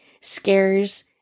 scares